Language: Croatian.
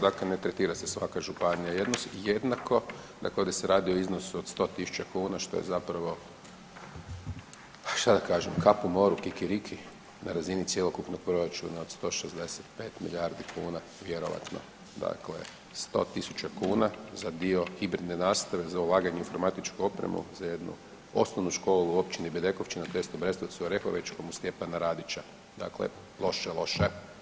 Dakle, ne tretira se svaka županija jednako, dakle ovdje se radi o iznosu od 100 tisuća kuna, što je zapravo, šta da kažem, kap u moru, kikiriki na razini cjelokupnog proračuna od 165 milijardi kuna vjerojatno dakle 100 tisuća kuna za dio hibridne nastave, za ulaganje u informatičku opremu za jednu osnovnu školu u općini Bedekovčina … [[Govornik se ne razumije]] Brestovcu Orehovičkom uz Stjepana Radića, dakle loše, loše.